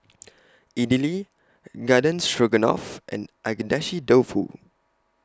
Idili Garden Stroganoff and Agedashi Dofu